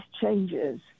changes